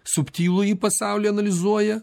subtilųjį pasaulį analizuoja